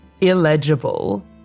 illegible